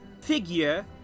figure